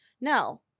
No